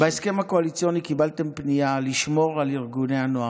בהסכם הקואליציוני קיבלתם פנייה לשמור על ארגוני הנוער.